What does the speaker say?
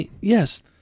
Yes